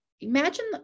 Imagine